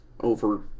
over